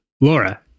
Laura